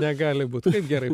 negali būt kaip gerai